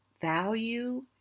value